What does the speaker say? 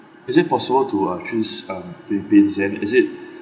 is it possible to uh just um bing bing xian is it